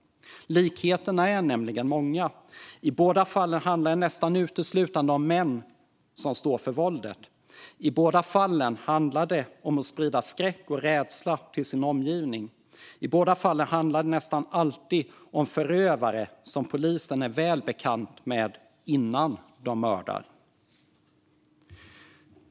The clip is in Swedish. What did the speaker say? Likheterna är nämligen många. I båda fallen är det nästan uteslutande män som står för våldet. I båda fallen handlar det om att sprida skräck och rädsla till sin omgivning. I båda fallen handlar det nästan alltid om förövare som polisen är väl bekant med innan de mördar.